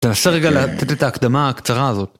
תנסה רגע לתת לי את ההקדמה הקצרה הזאת.